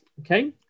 Okay